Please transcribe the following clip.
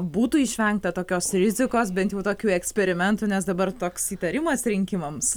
būtų išvengta tokios rizikos bent jau tokių eksperimentų nes dabar toks įtarimas rinkimams